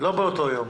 לא באותו יום.